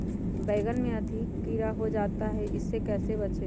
बैंगन में अधिक कीड़ा हो जाता हैं इससे कैसे बचे?